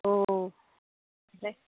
अ दे